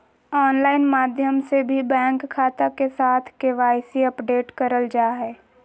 online माध्यम से भी बैंक खाता के साथ के.वाई.सी अपडेट करल जा हय